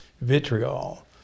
vitriol